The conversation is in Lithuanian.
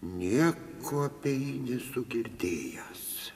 nieko apie jį nesu girdėjęs